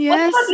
Yes